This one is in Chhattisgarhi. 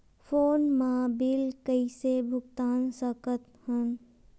फोन मा बिल कइसे भुक्तान साकत हन?